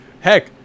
heck